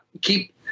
keep